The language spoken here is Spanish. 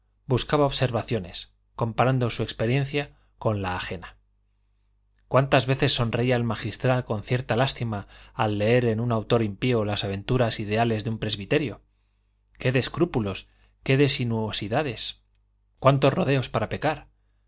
buscaba observaciones comparando su experiencia con la ajena cuántas veces sonreía el magistral con cierta lástima al leer en un autor impío las aventuras ideales de un presbítero qué de escrúpulos qué de sinuosidades cuántos rodeos para pecar